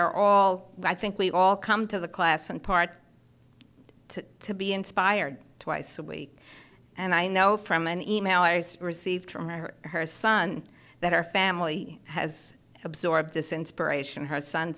are all i think we all come to the class in part to be inspired twice a week and i know from an email i received from her her son that her family has absorbed this inspiration her son